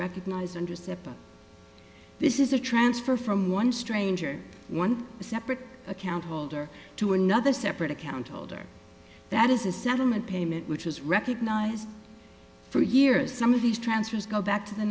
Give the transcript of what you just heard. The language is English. recognized under separate this is a transfer from one stranger one a separate account holder to another separate account holder that is a settlement payment which was recognized for years some of these transfers go back to the